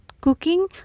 cooking